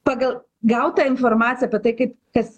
pagal gautą informaciją apie tai kaip kas